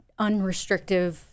unrestrictive